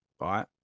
right